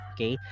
Okay